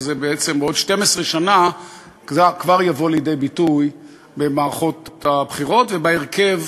אז בעצם עוד 12 שנה זה כבר יבוא לידי ביטוי במערכות הבחירות ובהרכב